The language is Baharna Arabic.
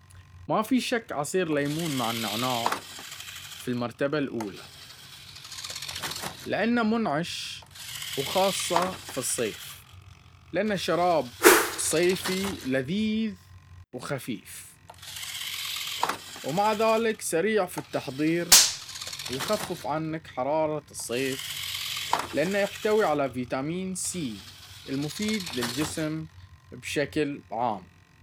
ما في شك عصير الليمون مع النعناع في المرتبة الأول لأنه منعش وخاصة في الصيف لأنه شراب صيفي لذيذ وخفيف ومع ذلك سريع في التحضير ويخفف عنك حرارة الصيف لانه يحتوي على فيتامن سي المفيد للجسم بشكل عام.